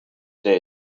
their